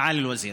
מעאלי אל-וזיר.